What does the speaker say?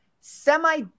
semi